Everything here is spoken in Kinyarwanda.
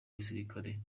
gisirikare